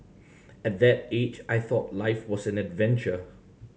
at that age I thought life was an adventure